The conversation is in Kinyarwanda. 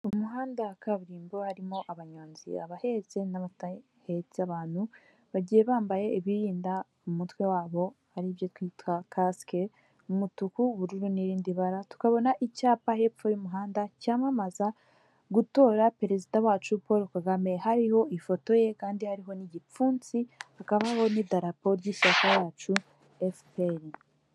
Mu muhanda wa kaburimbo harimo abanyonzi abahetse n'abadahetse abantu, bagiye bambaye ibiri umutwe wabo aribyo twitwa kasike umutuku, ubururu n'irindi bara, tukabona icyapa hepfo y'umuhanda cyamamaza gutora perezida wacu Paul Kagame hariho ifoto ye kandi hariho n'igipfunsi hakabaho n'idarapo ryishya yacu Efuperi.